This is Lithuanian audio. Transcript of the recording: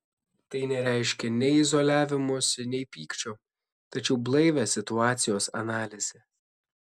tai nereiškia nei izoliavimosi nei pykčio tačiau blaivią situacijos analizę